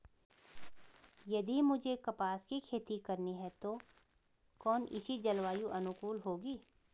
यदि मुझे कपास की खेती करनी है तो कौन इसी जलवायु अनुकूल होगी?